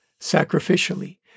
sacrificially